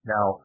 Now